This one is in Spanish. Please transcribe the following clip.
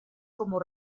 como